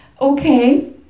okay